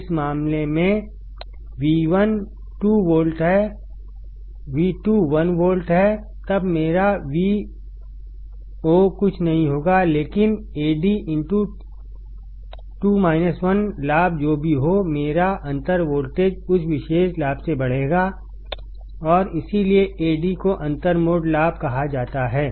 इस मामले में V12 वोल्ट है V21 वोल्ट हैतब मेरा Voकुछ नहीं होगा लेकिन Ad लाभ जो भी होमेरा अंतर वोल्टेज उस विशेष लाभ से बढ़ेगा और इसीलिए Adको अंतर मोड लाभ कहा जाता है